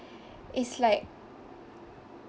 it's like